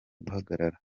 guhagarara